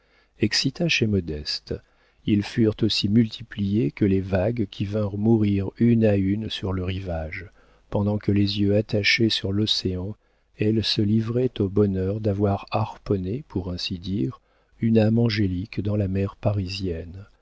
excita chez modeste ils furent aussi multipliés que les vagues qui vinrent mourir une à une sur le rivage pendant que les yeux attachés sur l'océan elle se livrait au bonheur d'avoir harponné pour ainsi dire une âme angélique dans la mer parisienne